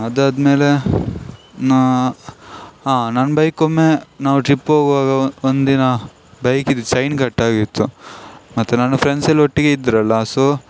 ಅದಾದಮೇಲೆ ನಾ ಹಾ ನನ್ನ ಬೈಕೊಮ್ಮೆ ನಾವು ಟ್ರಿಪ್ ಹೋಗುವಾಗ ಒ ಒಂದಿನ ಬೈಕಿಂದು ಚೈನ್ ಕಟ್ಟಾಗಿತ್ತು ಮತ್ತೆ ನನ್ನ ಫ್ರೆಂಡ್ಸೆಲ್ಲ ಒಟ್ಟಿಗೆ ಇದ್ದರಲ್ಲ ಸೋ